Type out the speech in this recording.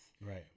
Right